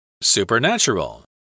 Supernatural